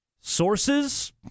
Sources